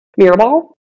Mirrorball